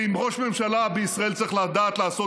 כי אם ראש ממשלה בישראל צריך לדעת לעשות